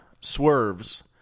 swerves